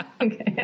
Okay